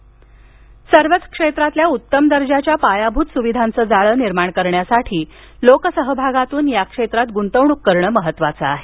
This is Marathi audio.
गडकरी सर्वच क्षेत्रातल्या उत्तम दर्जाच्या पायाभूत सुविधांचं जाळं निर्माण करण्यासाठी लोकसहभागातून या क्षेत्रात ग्रंतवणूक करणं महत्त्वाचं आहे